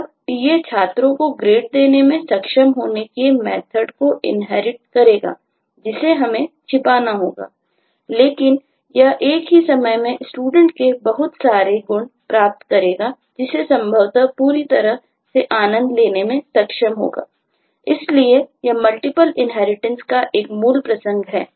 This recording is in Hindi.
तब TA छात्रों को ग्रेड देने में सक्षम होने के लिए मेथर्ड का एक मूल प्रसंग है